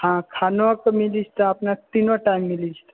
हाँ खानो के मिली जेतै अपने तीनो टाइम मिल जेतै